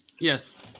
Yes